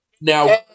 Now